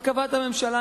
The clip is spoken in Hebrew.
הרכבת הממשלה,